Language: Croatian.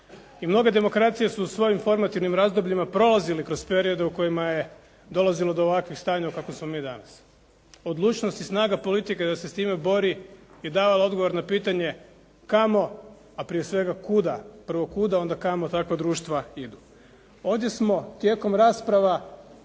I mnoge demokracije su u svojim formativnim razdobljima prolazili kroz periode u kojima je dolazilo do ovakvih stanja u kakvom smo mi danas. Odlučnost i snaga politike da se s time borbi je davala odgovor na pitanje kamo, a prije svega kuda, prvo kuda a onda kamo, tako društva idu. Ovdje smo tijekom rasprava